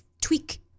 tweak